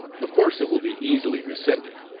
of course it will be easily rescinded.